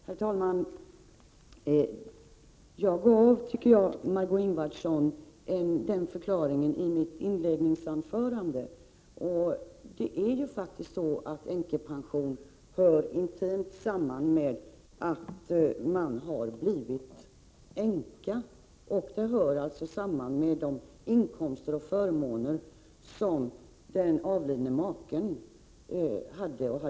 Herr talman! Jag tycker att jag gav Margö Ingvardsson den förklaring hon begärde i mitt inledningsanförande. Änkepension hör intimt samman med att man blivit änka och med de inkomster och förmåner som den avlidne maken hade.